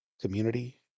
community